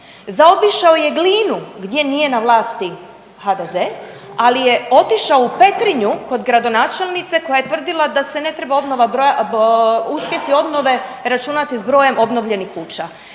zaobišao je Glinu gdje nije na vlasti HDZ, ali je otišao u Petrinju kod gradonačelnice koja je tvrdila da se ne treba obnova .../nerazumljivo/... uspjesi obnove računati s brojem obnovljenih kuća.